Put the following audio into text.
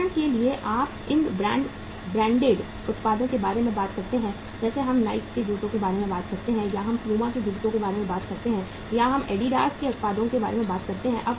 उदाहरण के लिए आप इन ब्रांडेड उत्पादों के बारे में बात करते हैं जैसे हम नाइके के जूते के बारे में बात करते हैं या हम प्यूमा के जूते के बारे में बात करते हैं या आप एडिडास के उत्पादों के बारे में बात करते हैं